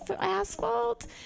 asphalt